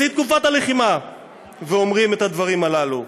בשיא תקופת הלחימה ואומרים את הדברים הללו?